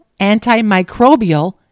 antimicrobial